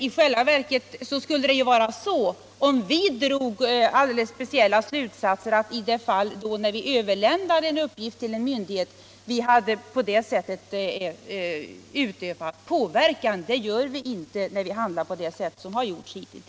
I själva verket skulle vi, om vi drog alldeles speciella slutsatser när vi överlämnar en uppgift till en myndighet, ha utövat påverkan, men det gör vi inte när vi handlar på det sätt som vi hitintills gjort.